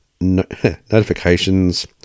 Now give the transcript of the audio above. Notifications